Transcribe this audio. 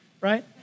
right